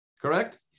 correct